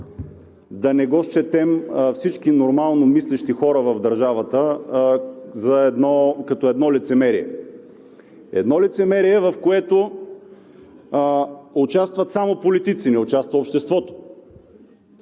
няма как всички нормално мислещи хора в държавата да не го счетем като едно лицемерие. Едно лицемерие, в което участват само политици, не участва обществото.